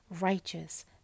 righteous